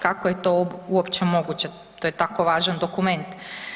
Kako je to uopće moguće, to je tako važan dokument?